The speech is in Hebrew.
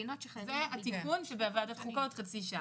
זה התיקון שבוועדת חוקה עוד חצי שעה.